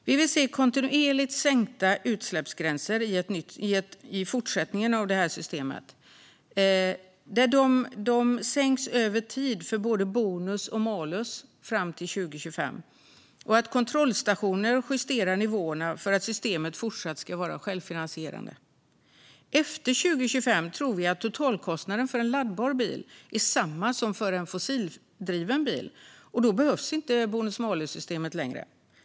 Vi vill se kontinuerligt sänkta utsläppsgränser i fortsättningen av det här systemet, så att de sänks över tid för både bonus och malus fram till 2025 och kontrollstationer justerar nivåerna för att systemet fortsatt ska vara självfinansierande. Efter 2025 tror vi att totalkostnaden för en laddbar bil är samma som för en fossildriven bil, och då behövs inte bonus-malus-systemet längre.